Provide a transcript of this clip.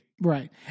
Right